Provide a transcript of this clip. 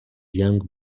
young